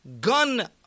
gun